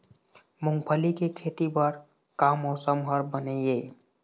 मूंगफली के खेती बर का मौसम हर बने ये?